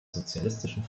sozialistischen